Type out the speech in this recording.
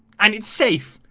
and it's safe.